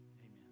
amen